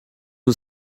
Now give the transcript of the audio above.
who